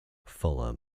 fuller